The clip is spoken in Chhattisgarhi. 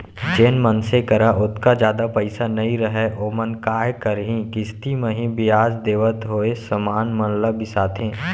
जेन मनसे करा ओतका जादा पइसा नइ रहय ओमन काय करहीं किस्ती म ही बियाज देवत होय समान मन ल बिसाथें